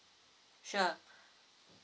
sure